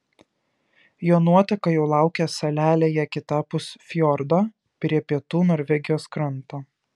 jo nuotaka jau laukė salelėje kitapus fjordo prie pietų norvegijos kranto